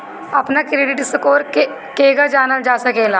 अपना credit score केगा जानल जा सकेला?